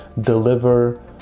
deliver